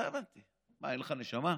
מה, אין לך נשמה?